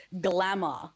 glamour